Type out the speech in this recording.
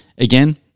Again